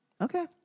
Okay